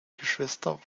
geschwister